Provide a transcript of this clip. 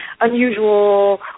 unusual